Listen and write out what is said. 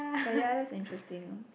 oh ya that's interesting